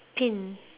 pin